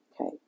Okay